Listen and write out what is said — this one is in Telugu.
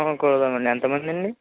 కుడదామండి ఎంత మంది అండి